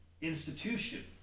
institution